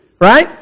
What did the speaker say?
right